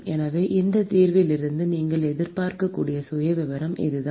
எனவே இந்தத் தீர்விலிருந்து நீங்கள் எதிர்பார்க்கக்கூடிய சுயவிவரம் இதுதான்